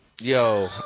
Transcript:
yo